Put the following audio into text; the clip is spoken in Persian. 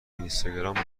اینستاگرام